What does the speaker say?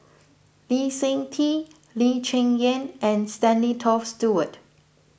Lee Seng Tee Lee Cheng Yan and Stanley Toft Stewart